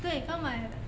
对刚买的